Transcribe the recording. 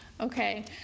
Okay